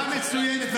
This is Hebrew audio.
שאלה מצוינת.